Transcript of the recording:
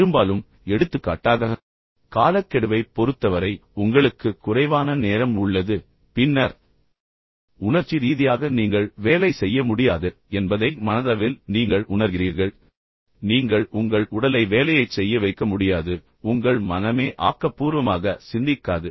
பெரும்பாலும் எடுத்துக்காட்டாக காலக்கெடுவைப் பொறுத்தவரை உங்களுக்கு குறைவான நேரம் உள்ளது பின்னர் நீங்கள் வேலை செய்ய முடியாது என்பதை மனதளவில் நீங்கள் உணர்கிறீர்கள் உணர்ச்சி ரீதியாக நீங்கள் செய்ய முடியாது என்பதை நீங்கள் புரிந்துகொள்கிறீர்கள் நீங்கள் உங்கள் உடலை வேலையைச் செய்ய வைக்க முடியாது உங்கள் மனமே ஆக்கப்பூர்வமாக சிந்திக்காது